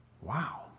Wow